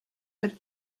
but